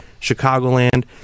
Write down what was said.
Chicagoland